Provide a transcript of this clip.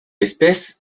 espèce